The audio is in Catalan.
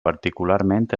particularment